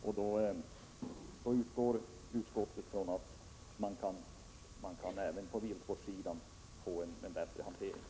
Utskottet utgår därför från att man även på viltvårdssidan kan få en bättre hantering.